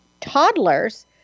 toddlers